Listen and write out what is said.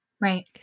Right